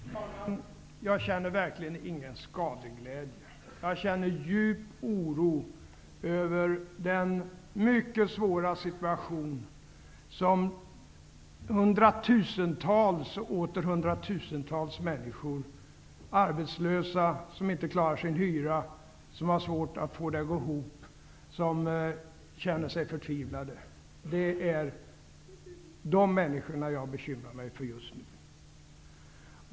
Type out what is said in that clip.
Fru talman! Jag känner verkligen ingen skadeglädje. Jag känner djup oro över den mycket svåra situation som hundratusentals människor befinner sig i; arbetslösa människor som inte klarar sin hyra, som har svårt att få det att gå ihop och som känner förtvivlan. Det är de människorna jag bekymrar mig för just nu.